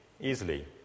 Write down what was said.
easily